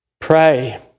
pray